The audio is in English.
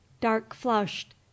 dark-flushed